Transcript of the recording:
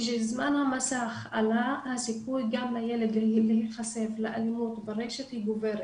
כשזמן המסך עלה הסיכוי של הילד להיחשף לאלימות ברשת גוברת.